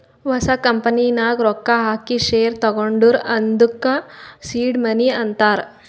ಹೊಸ ಕಂಪನಿ ನಾಗ್ ರೊಕ್ಕಾ ಹಾಕಿ ಶೇರ್ ತಗೊಂಡುರ್ ಅದ್ದುಕ ಸೀಡ್ ಮನಿ ಅಂತಾರ್